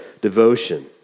devotion